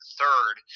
third